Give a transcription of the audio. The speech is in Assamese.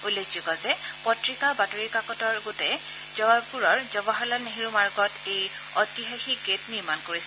উল্লেখযোগ্য যে পত্ৰিকা বাতৰি কাকতৰ গোটে জয়পুৰৰ জৱহৰলাল নেহৰু মাৰ্গত এই ঐতিহাসিক গেট নিৰ্মাণ কৰিছিল